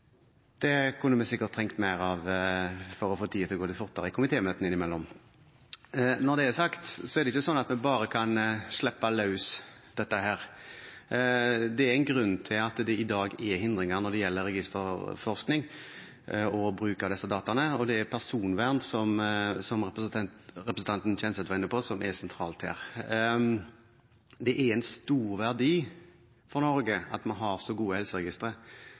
Det kunne vi sikkert trengt mer av for å få tiden til å gå litt fortere i komitémøtene innimellom. Når det er sagt, er det ikke slik at vi bare kan slippe dette løs. Det er en grunn til at det i dag er hindringer når det gjelder registerforskning og bruk av disse dataene. Det er personvern – som representanten Kjenseth var inne på – som er sentralt her. Det er en stor verdi for Norge at vi har så gode helseregistre.